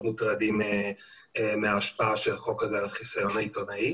מוטרדים מההשפעה של החוק הזה על החיסיון העיתונאי.